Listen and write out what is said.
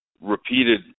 repeated